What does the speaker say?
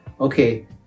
okay